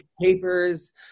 Papers